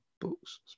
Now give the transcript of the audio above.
books